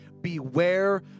beware